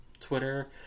Twitter